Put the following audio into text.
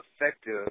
effective